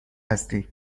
هستی